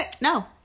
No